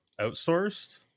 outsourced